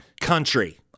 country